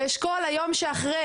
באשכול היום של אחרי,